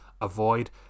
avoid